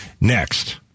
Next